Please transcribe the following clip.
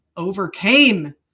overcame